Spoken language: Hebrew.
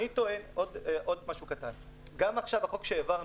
סעיף 1, כולל, התקבל.